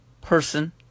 person